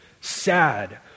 sad